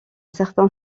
certain